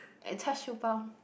and char-siew-bao